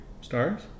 stars